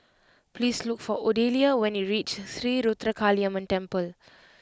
please look for Odelia when you reach Sri Ruthra Kaliamman Temple